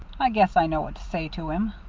i guess i know what to say to him.